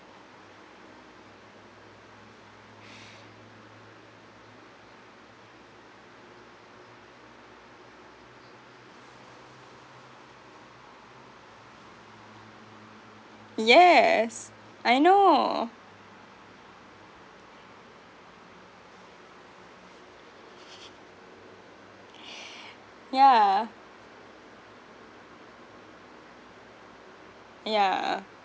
yes I know yeah yeah